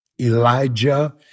Elijah